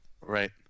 Right